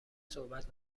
صحبت